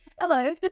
Hello